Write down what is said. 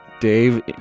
Dave